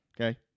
Okay